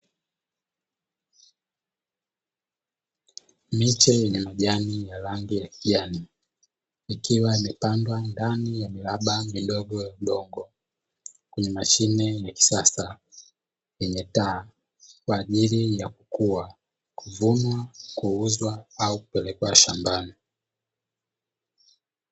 Miche ya majani ya rangi ya kijani, ikiwa imepandwa ndani ya miraba midogo ya udongo, kwenye mashine ya kisasa yenye taa kwa ajili ya kukua, kuvunwa, kuuzwa au kupelekwa shambani.